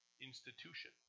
institution